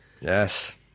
Yes